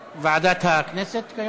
לא, אבל גילאון צריך לדבר.